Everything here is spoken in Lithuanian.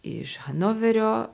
iš hanoverio